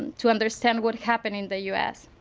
to understand what happened in the us.